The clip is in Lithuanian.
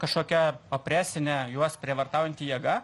kažkokia opresinė juos prievartaujanti jėga